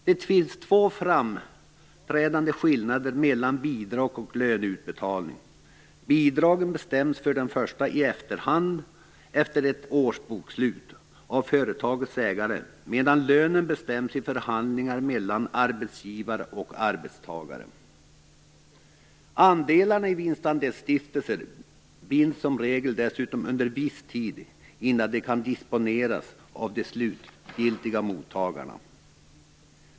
Det finns två framträdande skillnader mellan bidrag och löneutbetalning. Bidragen bestäms i efterhand efter ett årsbokslut av företagets ägare, medan lönen bestäms i förhandlingar mellan arbetsgivare och arbetstagare. Andelarna i vinstandelsstiftelser binds som regel dessutom under viss tid innan de kan disponeras av de slutliga mottagarna.